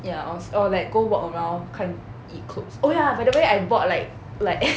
ya or s~ or like go walk around 看衣 clothes oh ya by the way I bought like like